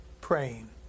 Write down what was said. praying